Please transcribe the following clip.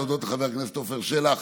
להודות לחבר הכנסת עפר שלח